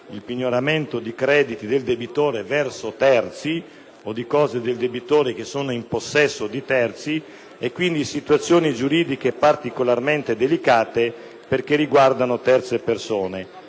il pignoramento di crediti del debitore verso terzi o di cose del debitore che sono in possesso di terzi, quindi situazioni giuridiche particolarmente delicate perche´ riguardano terze persone.